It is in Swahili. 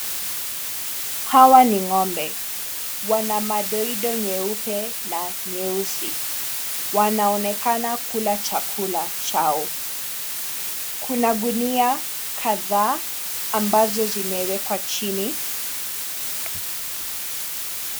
Hawa ni ng'ombe, wana madoido nyeupe na nyeusi wanaonekana kula chakula chao. Kuna gunia kadhaa ambazo zimewekwa chini.